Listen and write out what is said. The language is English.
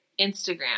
Instagram